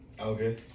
Okay